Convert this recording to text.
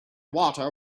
water